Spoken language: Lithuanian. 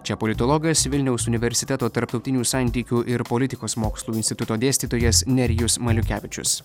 čia politologas vilniaus universiteto tarptautinių santykių ir politikos mokslų instituto dėstytojas nerijus maliukevičius